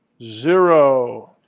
zero.